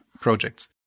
projects